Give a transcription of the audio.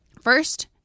First